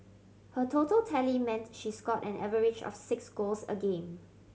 her total tally meant she scored an average of six goals a game